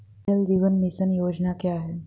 जल जीवन मिशन योजना क्या है?